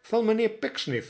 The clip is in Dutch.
van mijnheer